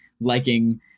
liking